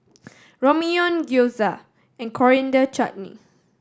Ramyeon Gyoza and Coriander Chutney